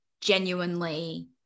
genuinely